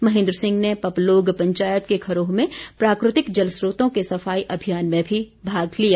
महेन्द्र सिंह ने पपलोग पंचायत के खरोह में प्राकृतिक जलस्रोतों के सफाई अभियान में भी भाग लिया